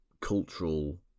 cultural